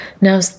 Now